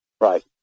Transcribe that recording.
Right